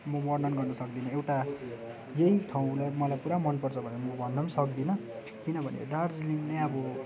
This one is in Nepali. म वर्णन गर्न सक्दिनँ एउटा यहीँ ठाउँलाई मलाई पुरा मनपर्छ भनेर म भन्न पनि सक्दिनँ किनभने दार्जिलिङ नै अब